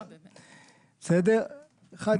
אחת,